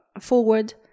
forward